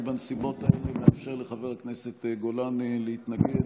בנסיבות האלה נאפשר לחבר הכנסת גולן להתנגד.